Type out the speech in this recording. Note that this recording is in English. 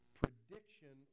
prediction